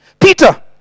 Peter